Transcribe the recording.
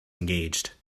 engaged